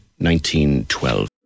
1912